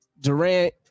Durant